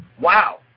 Wow